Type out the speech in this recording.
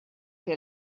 que